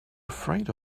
afraid